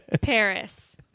Paris